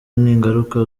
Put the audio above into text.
ningaruka